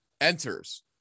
enters